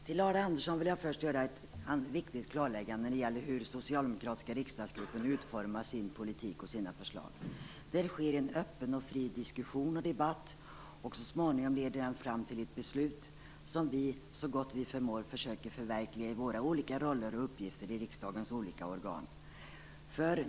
Herr talman! Jag vill först göra ett viktigt klarläggande för Arne Andersson när det gäller hur den socialdemokratiska riksdagsgruppen utformar sin politik och sina förslag. Det sker en öppen och fri diskussion och debatt. Så småningom leder den fram till ett beslut som vi så gott vi förmår försöker förverkliga i våra olika roller och uppgifter i riksdagens olika organ.